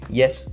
yes